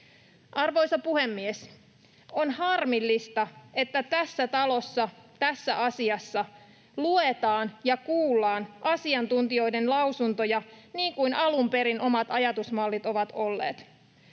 Arvoisa puhemies! On harmillista, että tässä talossa tässä asiassa luetaan ja kuullaan asiantuntijoiden lausuntoja niin kuin alun perin omat ajatusmallit ovat olleet.